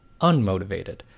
unmotivated